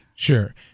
Sure